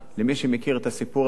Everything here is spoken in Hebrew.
למי שמכיר את הסיפור זה,